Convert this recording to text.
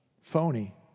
Phony